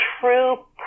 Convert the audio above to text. true